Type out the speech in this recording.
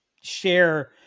share